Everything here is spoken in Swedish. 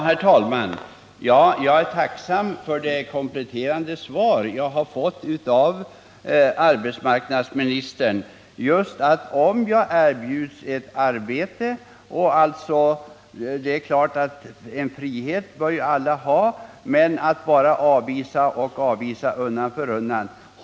Herr talman! Jag är tacksam för det kompletterande svar jag har fått av arbetsmarknadsministern. Det är klart att alla bör ha frihet när det gäller ett erbjudet arbete, men att bara avvisa och avvisa undan för undan är ändå en annan sak.